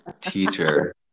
teacher